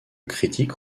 critique